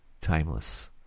timeless